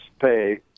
pay